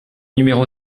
numéro